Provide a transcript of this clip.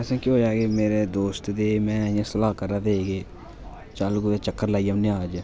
असें केह् होआ के मेरे दोस्त में इ'यां सलाह् करा दे चल कुदै चक्कर लाई औने आं अज्ज